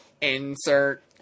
Insert